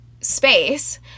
space